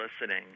listening